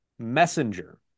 messenger